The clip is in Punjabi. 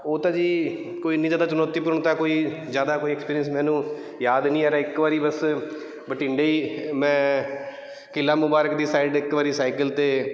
ਉਹ ਤਾਂ ਜੀ ਕੋਈ ਇੰਨੀ ਜ਼ਿਆਦਾ ਚੁਣੌਤੀਪੂਰਨ ਤਾਂ ਕੋਈ ਜ਼ਿਆਦਾ ਕੋਈ ਐਕਸਪੀਰੀਅੰਸ ਮੈਨੂੰ ਯਾਦ ਨਹੀਂ ਆ ਰਿਹਾ ਇੱਕ ਵਾਰੀ ਬਸ ਬਠਿੰਡੇ ਹੀ ਮੈਂ ਕਿਲ੍ਹਾ ਮੁਬਾਰਕ ਦੀ ਸਾਈਡ ਇੱਕ ਵਾਰੀ ਸਾਈਕਲ 'ਤੇ